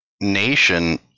nation